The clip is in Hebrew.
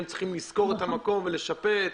הן צריכות לשכור את המקום ולשפץ,